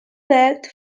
that